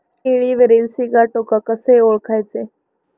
केळीवरील सिगाटोका कसे ओळखायचे?